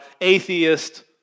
atheist